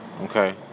Okay